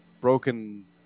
broken